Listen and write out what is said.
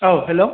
औ हेलौ